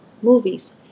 movies